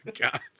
God